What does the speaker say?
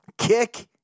Kick